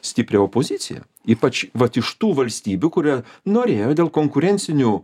stiprią opoziciją ypač vat iš tų valstybių kurie norėjo dėl konkurencinių